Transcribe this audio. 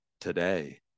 today